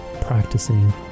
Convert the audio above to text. practicing